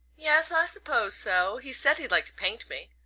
yes i suppose so. he said he'd like to paint me.